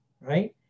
right